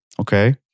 okay